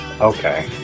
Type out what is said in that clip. okay